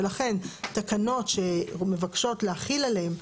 ולכן תקנות שמבקשות להחיל עליהם,